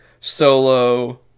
solo